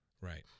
Right